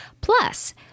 Plus